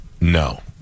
No